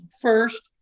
first